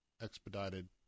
expedited